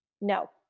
No